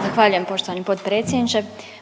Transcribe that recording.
Zahvaljujem poštovani potpredsjedniče.